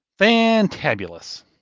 Fantabulous